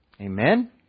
Amen